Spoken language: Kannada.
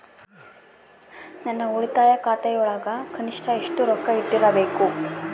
ನನ್ನ ಉಳಿತಾಯ ಖಾತೆಯೊಳಗ ಕನಿಷ್ಟ ಎಷ್ಟು ರೊಕ್ಕ ಇಟ್ಟಿರಬೇಕು?